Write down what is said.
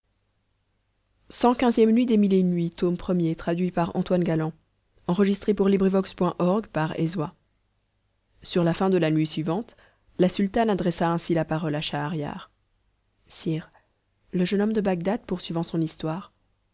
sur la fin de la nuit suivante la sultane adressa ainsi la parole à schahriar sire le jeune homme de bagdad poursuivant son histoire